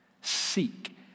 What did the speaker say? seek